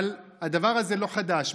אבל הדבר הזה לא חדש.